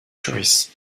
choice